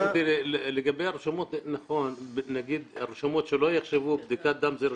לגבי הרשומות שלא יחשבו שבדיקת דם זו רשומה,